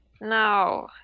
No